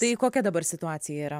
tai kokia dabar situacija yra